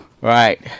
Right